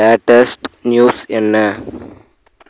latest news என்ன